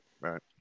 Right